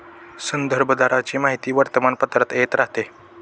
संदर्भ दराची माहिती वर्तमानपत्रात येत राहते